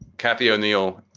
kathy o'neill.